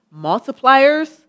multipliers